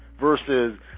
versus